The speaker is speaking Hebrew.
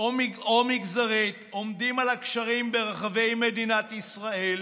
או מגזרית, עומדים על הגשרים ברחבי מדינת ישראל